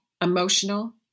emotional